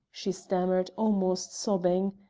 she stammered almost sobbing.